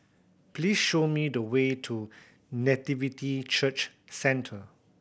please show me the way to Nativity Church Centre